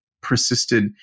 persisted